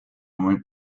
went